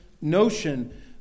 notion